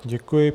Děkuji.